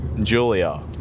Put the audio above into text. Julia